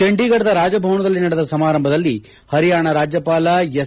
ಚಂಡೀಗಢದ ರಾಜಭವನದಲ್ಲಿ ನಡೆದ ಸಮಾರಂಭದಲ್ಲಿ ಹರಿಯಾಣ ರಾಜ್ವಪಾಲ ಎಸ್